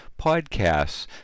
podcasts